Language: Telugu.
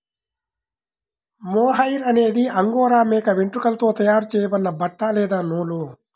మొహైర్ అనేది అంగోరా మేక వెంట్రుకలతో తయారు చేయబడిన బట్ట లేదా నూలు